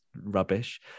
rubbish